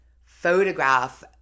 photograph